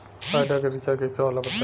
Idea के recharge कइसे होला बताई?